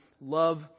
love